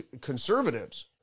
conservatives